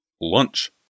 Lunch